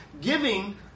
giving